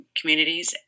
communities